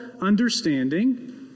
understanding